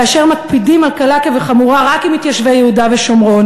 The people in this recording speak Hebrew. כאשר מקפידים על קלה כחמורה רק עם מתיישבי יהודה ושומרון,